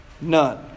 none